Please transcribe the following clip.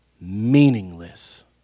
meaningless